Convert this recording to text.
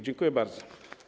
Dziękuję bardzo.